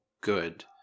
good